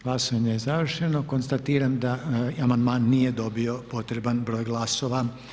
Glasanje je završeno, konstatiram da amandman nije dobio potreban broj glasova.